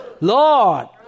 Lord